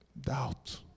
Doubt